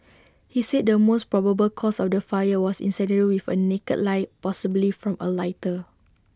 he said the most probable cause of the fire was incendiary with A naked light possibly from A lighter